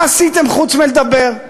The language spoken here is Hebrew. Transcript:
מה עשיתם חוץ מלדבר?